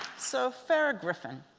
so farrah griffin.